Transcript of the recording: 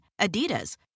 Adidas